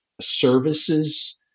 services